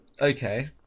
Okay